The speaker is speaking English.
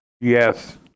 yes